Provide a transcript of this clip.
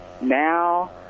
Now